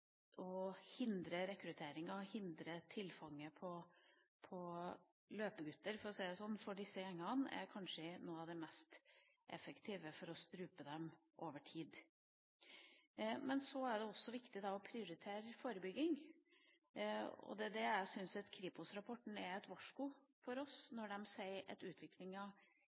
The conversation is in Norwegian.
å hindre rekrutteringa og å hindre tilfang av løpegutter for disse gjengene, for å si det slik, er kanskje noe av det mest effektive for å strupe gjengene over tid. Så er det viktig å prioritere forebygging. Det syns jeg Kripos-rapporten er et varsku om. De sier at utviklinga er